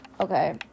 Okay